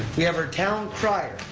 we have our town crier,